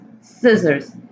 Scissors